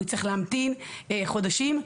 הוא יצטרך להמתין חודשים.